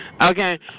Okay